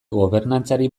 gobernantzari